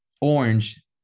orange